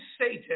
Satan